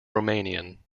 romanian